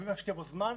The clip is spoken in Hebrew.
חייבים להשקיע בו זמן,